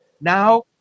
now